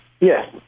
Yes